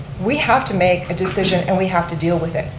we have to make a decision and we have to deal with it.